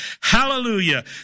Hallelujah